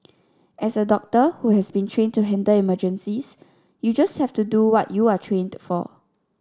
as a doctor who has been trained to handle emergencies you just have to do what you are trained for